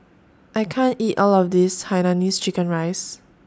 I can't eat All of This Hainanese Chicken Rice